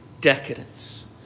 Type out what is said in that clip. decadence